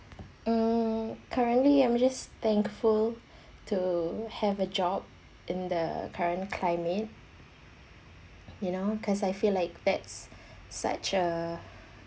mm currently I'm just thankful to have a job in the current climate you know because I feel like that's such a